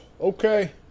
okay